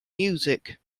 music